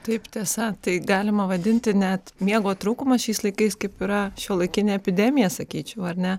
taip tiesa tai galima vadinti net miego trūkumas šiais laikais kaip yra šiuolaikinė epidemija sakyčiau ar ne